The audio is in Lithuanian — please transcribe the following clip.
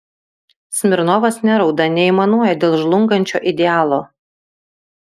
smirnovas nerauda neaimanuoja dėl žlungančio idealo